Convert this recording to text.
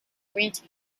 grant